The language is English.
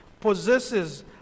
possesses